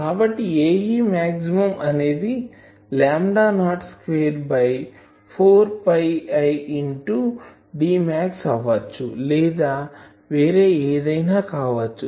కాబట్టి Ae max అనేది lambda naught square by 4 PI into Dmax అవ్వచ్చు లేదా వేరే ఏదైనా కావచ్చు